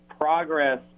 progress